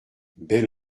belle